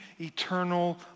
eternal